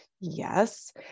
Yes